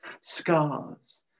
scars